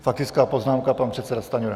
Faktická poznámka pan předseda Stanjura.